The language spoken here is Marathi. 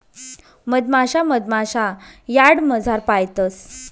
मधमाशा मधमाशा यार्डमझार पायतंस